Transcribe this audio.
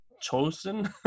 chosen